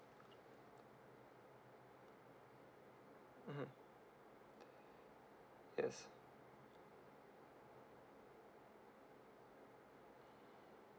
mmhmm yes